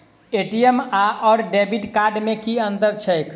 ATM आओर debit card मे की अंतर छैक?